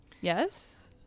yes